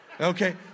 Okay